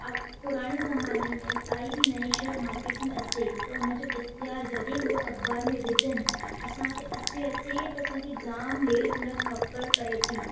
ऐं पुराने ज़माने में काई बि नईं शइ मार्केट में अचे त हुन जो इश्तिहार जॾहिं उहा अख़बार में विझनि असां ते अचे अचे त असांखे जाम लेट हुन ख़बरु पए थी